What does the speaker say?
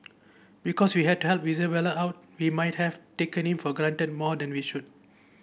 because we had to help Isabelle out we might have taken him for granted more than we should